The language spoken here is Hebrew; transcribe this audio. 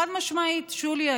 חד-משמעית, שולי.